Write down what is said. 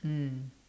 mm